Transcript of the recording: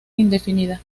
indefinida